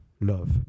love